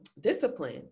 discipline